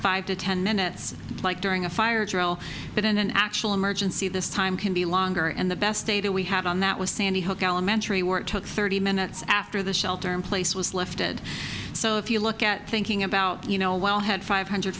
five to ten minutes like during a fire drill but in an actual emergency this time can be longer and the best data we have on that was sandy hook elementary work took thirty minutes after the shelter in place was lifted so if you look at thinking about you know well had five hundred